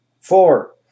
Four